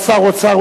אדוני היה שר אוצר,